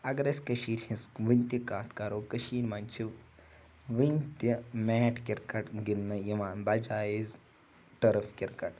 اگر أسۍ کٔشیٖرِ ہِنٛز وٕنۍ تہِ کَتھ کَرو کٔشیٖرِ منٛز چھِ وٕنۍ تہِ میٹ کِرکَٹ گِںٛدنہٕ یِوان بَجایے ٹٕرٕف کِرکَٹ